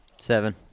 Seven